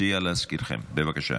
חבר הכנסת עמית הלוי, בבקשה.